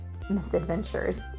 misadventures